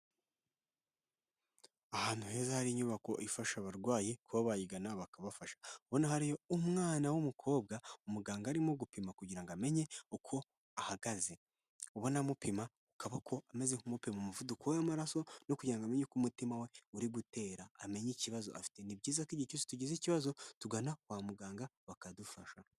Ahantu heza hari inyubako ifasha abarwayi kuba bayigana bakabafasha, ubona hari umwana w'umukobwa umuganga arimo gupima kugira ngo amenye uko ahagaze. Ubona amupima akaboko ameze nkumupima umuvuduko w'amaraso no kugira ngo amenye uko umutima we uri gutera amenya ikibazo afite, ni byiza ko igihe cyose tugize ikibazo tugana kwa muganga bakadufasha.